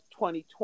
2020